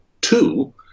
two